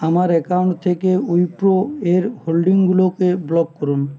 আমার অ্যাকাউন্ট থেকে উইপ্রো এর হোল্ডিংগুলোকে ব্লক করুন